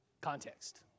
Context